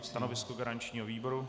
Stanovisko garančního výboru?